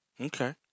Okay